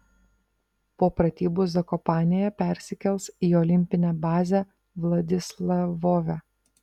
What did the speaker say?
po pratybų zakopanėje persikels į olimpinę bazę vladislavove